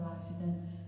accident